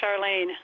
Charlene